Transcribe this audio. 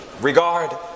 regard